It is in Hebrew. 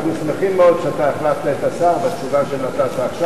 אנחנו שמחים מאוד שהחלפת את השר בתשובה שנתת עכשיו.